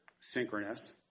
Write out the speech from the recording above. synchronous